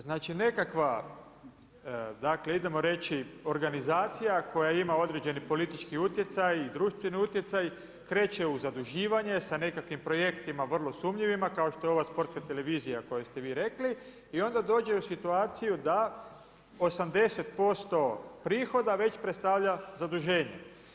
Znači nekakva, idemo reći organizacija, koja ima određeni politički utjecaj i društveni utjecaj, kreće u zaduživanje sa nekakvim projektima vrlo sumnjivima kao što je ova Sportska televizija koju ste vi rekli i onda dođe u situaciju da 80% prihoda već predstavlja zaduženje.